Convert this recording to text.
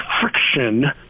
friction